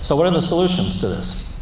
so, what are the solutions to this?